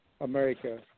America